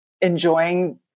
enjoying